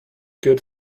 good